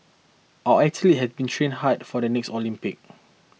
our athletes have been training hard for the next Olympic